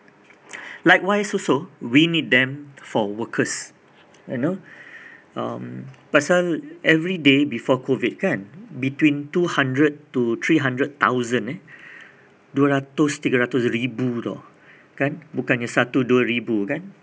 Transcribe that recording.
likewise also we need them for workers you know um pasal every day before COVID kan between two hundred to three hundred thousand eh dua ratus tiga ratus ribu tahu kan bukannye satu dua ribu kan